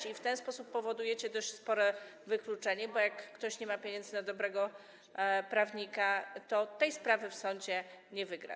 I w ten sposób powodujecie dość spore wykluczenie, bo jak ktoś nie ma pieniędzy na dobrego prawnika, to tej sprawy w sądzie nie wygra.